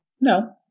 No